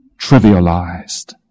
trivialized